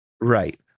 Right